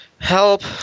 help